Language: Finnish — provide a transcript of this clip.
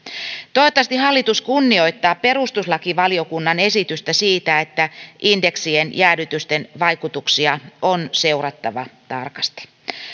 toivottavasti hallitus kunnioittaa perustuslakivaliokunnan esitystä siitä että indeksien jäädytysten vaikutuksia on seurattava tarkasti